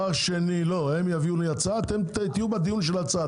לא, הם יביאו לי הצעה, אתם תהיו בדיון על ההצעה.